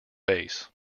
bass